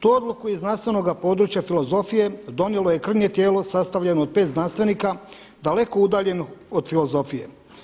Tu odluku iz znanstvenog područja filozofije donijelo je krnje tijelo sastavljeno od 5 znanstvenika daleko udaljeno od filozofije.